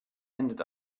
ended